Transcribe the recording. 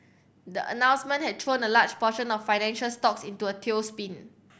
the announcement had thrown a large portion of financial stocks into a tailspin